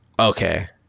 okay